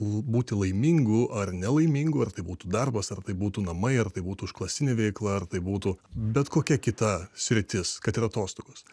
būti laimingu ar nelaimingu ar tai būtų darbas ar tai būtų namai ar tai būtų užklasinė veikla ar tai būtų bet kokia kita sritis kad ir atostogos